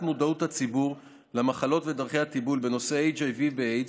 מודעות הציבור למחלות ולדרכי הטיפול בנושא HIV ואיידס,